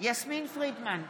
יסמין פרידמן,